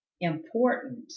important